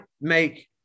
make